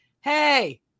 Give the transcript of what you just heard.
hey